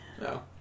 No